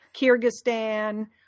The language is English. Kyrgyzstan